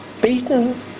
Beaten